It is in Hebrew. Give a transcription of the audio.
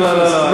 לא, לא.